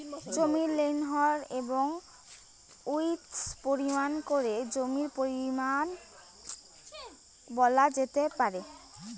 জমির লেন্থ এবং উইড্থ পরিমাপ করে জমির পরিমান বলা যেতে পারে